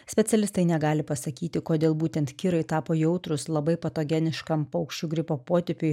specialistai negali pasakyti kodėl būtent kirai tapo jautrūs labai patogeniškam paukščių gripo potipiui